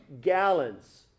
gallons